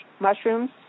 mushrooms